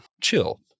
chill